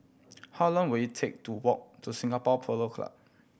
how long will it take to walk to Singapore Polo Club